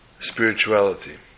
spirituality